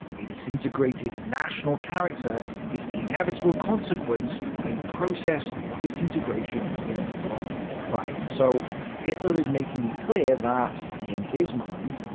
a disintegrated national character is the inevitable consequence of a process of disintegration in the blood. right, so hitler is making it clear that, in his mind,